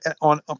on